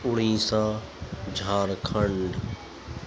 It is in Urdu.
اڑیسہ جھارکھنڈ